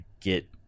get